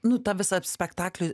nu tą visą spektaklį